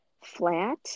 flat